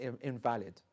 invalid